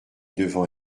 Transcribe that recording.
devant